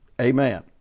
Amen